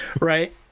right